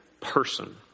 person